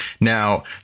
Now